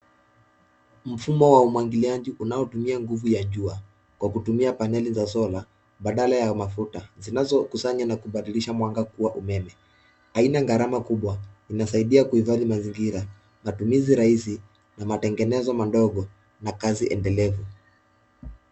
Mfumo wa umwagiliaji unaotumia nguvu ya jua kwa kutumia paneli za solar badala ya mafuta; zinazokusanya na kubadilisha mwanga kuwa umeme. Haina gharama kubwa inasaidia kuhifadhi mazingira, matumizi rahisi na matengenezo madogo na kazi endelevu.